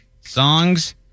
Songs